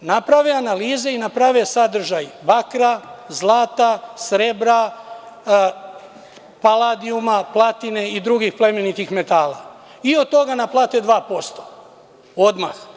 naprave analize i naprave sadržaj bakra, zlata, srebra, paladijuma, platine i drugih plemenitih metala i od toga naplate 2% odmah.